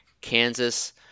Kansas